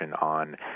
on